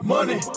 Money